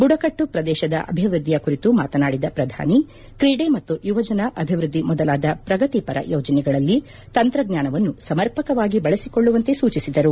ಬುಡಕಟ್ಲು ಪ್ರದೇಶದ ಅಭಿವೃದ್ಲಿಯ ಕುರಿತು ಮಾತನಾಡಿದ ಅವರು ತ್ರೀಡೆ ಮತ್ತು ಯುವಜನ ಅಭಿವೃದ್ದಿ ಮೊದಲಾದ ಪ್ರಗತಿಪರ ಯೋಜನೆಗಳಲ್ಲಿ ತಂತ್ರಜ್ವಾನವನ್ನು ಸಮರ್ಪಕವಾಗಿ ಬಳಸಿಕೊಳ್ಳುವಂತೆ ಸೂಚಿಸಿದರು